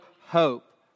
hope